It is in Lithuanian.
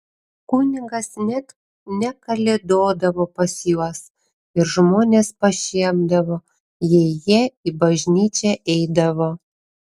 kunigas net nekalėdodavo pas juos ir žmonės pašiepdavo jei jie į bažnyčią eidavo